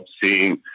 seeing